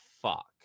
fuck